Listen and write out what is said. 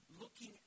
looking